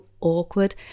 awkward